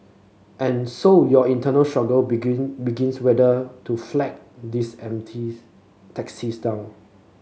and so your internal struggle begin begins whether to flag these empties taxis down